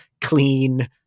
clean